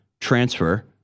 transfer